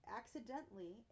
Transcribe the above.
accidentally